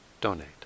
donate